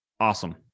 awesome